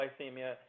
hypoglycemia